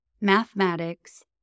mathematics